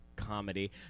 comedy